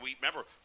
remember